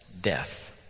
death